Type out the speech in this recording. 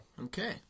Okay